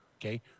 Okay